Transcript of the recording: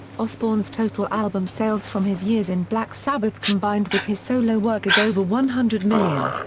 osbourne's total album sales from his years in black sabbath combined with his solo work is over one hundred million.